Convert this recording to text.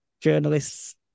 journalists